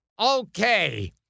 Okay